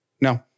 No